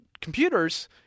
computers